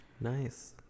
Nice